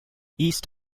east